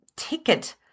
ticket